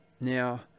Now